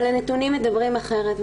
אבל הנתונים מדברים אחרת.